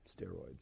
steroids